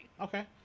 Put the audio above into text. Okay